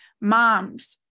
moms